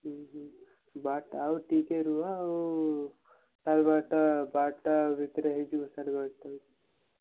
ହଁ ହଁ ବାରଟା ଆଉ ଟିକେ ରୁହ ଆଉ ସାଢ଼େ ବାରଟା ବାରଟା ଭିତରେ ହେଇ ଯିବ ସାଢ଼େ ବାରଟା